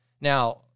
Now